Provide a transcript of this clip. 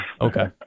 Okay